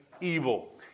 evil